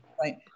right